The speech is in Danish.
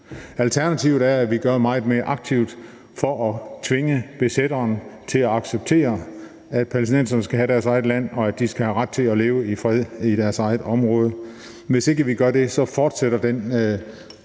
Alternativet er, at vi gør meget mere aktivt for at tvinge besætteren til at acceptere, at palæstinenserne skal have deres eget land, og at de skal have ret til at leve i fred i deres eget område. Hvis ikke vi gør det, fortsætter den